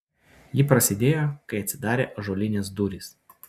ji prasidėjo kai atsidarė ąžuolinės durys